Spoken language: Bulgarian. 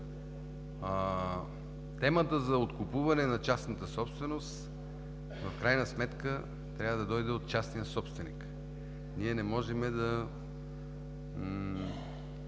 Темата за откупуване на частната собственост в крайна сметка трябва да дойде от частния собственик. Ние не можем да